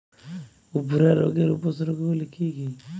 উফরা রোগের উপসর্গগুলি কি কি?